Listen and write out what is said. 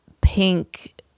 pink